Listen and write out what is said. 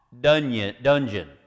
dungeon